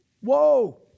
Whoa